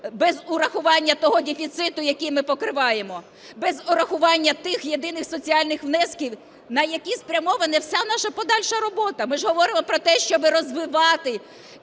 без врахування того дефіциту, який ми покриваємо, без врахування тих єдиних соціальних внесків, на які спрямована вся наша подальша робота. Ми ж говоримо про те, щоб розвивати